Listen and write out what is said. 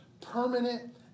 permanent